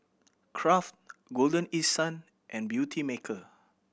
Kraft Golden East Sun and Beautymaker